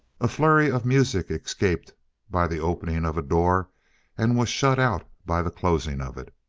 a flurry of music escaped by the opening of a door and was shut out by the closing of it.